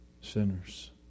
sinners